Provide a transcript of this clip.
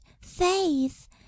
faith